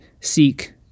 seek